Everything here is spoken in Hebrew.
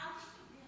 אל תשתגע.